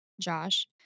Josh